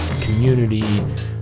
community